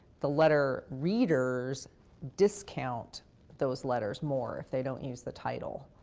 the letter readers discount those letters more if they don't use the title.